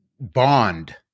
bond